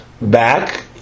back